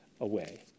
away